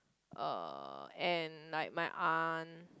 uh and like my aunt